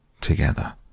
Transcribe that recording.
together